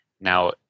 Now